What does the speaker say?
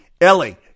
Ellie